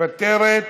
מוותרת,